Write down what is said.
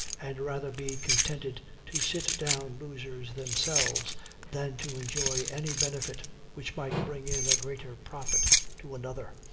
and rather be contented to sit down losers themselves than to enjoy any benefit which might bring in a greater profit to another.